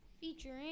featuring